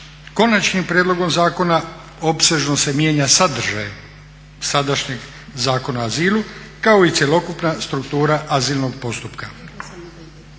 Konačnim prijedlogom zakona opsežno se mijenja sadržaj sadašnjeg Zakona o azilu kao i cjelokupna struktura azilnog postupka.